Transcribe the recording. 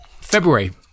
February